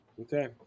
Okay